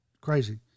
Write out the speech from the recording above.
crazy